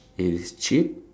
it is cheap